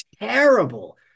terrible